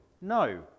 No